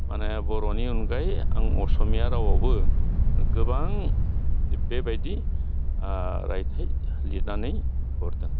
माने बर'नि अनगायै आं असमिया रावावबो गोबां बेबायदि रायथाइ लिरनानै हरदों